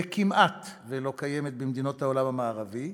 וכמעט שאינה קיימת במדינות העולם המערבי.